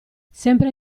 sempre